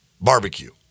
barbecue